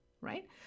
Right